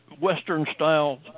Western-style